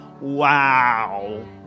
Wow